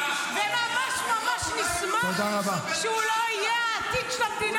וממש ממש נשמח שהוא לא יהיה העתיד של המדינה הזו.